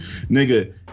Nigga